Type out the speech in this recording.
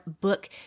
book